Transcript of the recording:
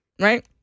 right